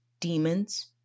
demons